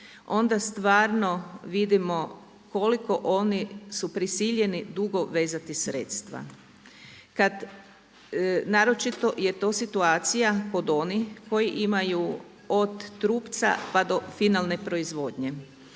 onda stvarno vidimo koliko oni su prisiljeni dugo vezati sredstva. Naročito je to situacija kod onih koji imaju od trupca pa do finalne proizvodnje.